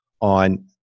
on